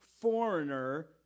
foreigner